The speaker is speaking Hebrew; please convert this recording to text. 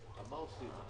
אני מתכבד לפתוח את הישיבה.